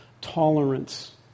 tolerance